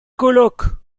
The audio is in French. colloques